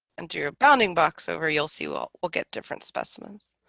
and do your bounding box over you'll see well we'll get different specimens